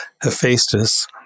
Hephaestus